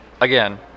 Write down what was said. again